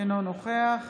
אינו נוכח